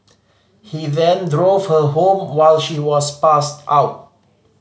he then drove her home while she was passed out